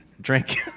drink